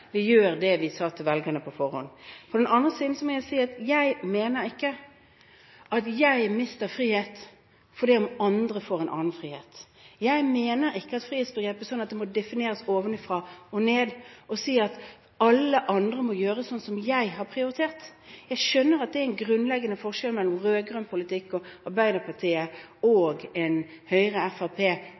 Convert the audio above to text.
vi sa til velgerne på forhånd. På den annen side må jeg si at jeg mener ikke at jeg mister frihet om andre får en annen frihet. Jeg mener ikke at frihetsbegrepet må defineres ovenfra og ned, og at alle andre må gjøre slik som jeg har prioritert. Jeg skjønner at det er en grunnleggende forskjell mellom rød-grønn politikk – Arbeiderpartiet – og en